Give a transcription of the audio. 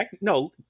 No